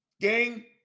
Gang